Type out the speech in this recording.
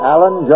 Alan